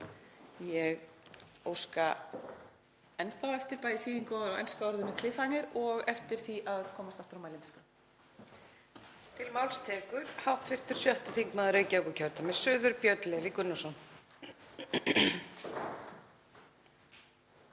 Ég óska enn eftir þýðingu á enska orðinu „cliffhanger“ og eftir því að komast aftur á mælendaskrá.